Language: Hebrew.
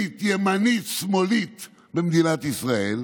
פלסטינית-ימנית-שמאלית במדינת ישראל?